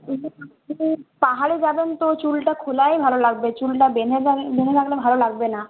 পাহাড়ে যাবেন তো চুলটা খোলাই ভালো লাগবে চুলটা বেঁধে বেঁধে রাখলে ভালো লাগবে না